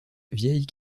vieille